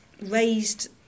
raised